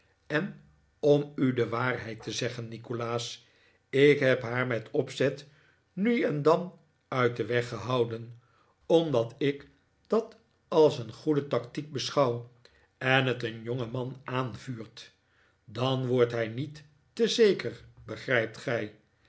en om u de waarheid te zeggen nikolaas ik heb haar met opzet nu en dan uit den weg gehouden omdat ik dat als een goede tactiek beschouw en het een jongeman aanvuurt dan wordt hij niet te zeker begrijpt gij